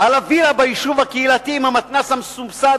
על הווילה ביישוב הקהילתי עם המתנ"ס המסובסד